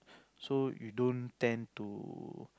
so you don't tend to